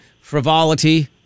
frivolity